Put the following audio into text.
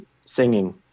singing